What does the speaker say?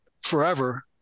forever